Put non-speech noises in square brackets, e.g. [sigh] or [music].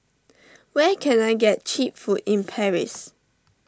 where can I get Cheap Food in Paris [noise]